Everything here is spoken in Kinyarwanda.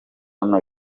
hano